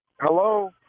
Hello